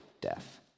death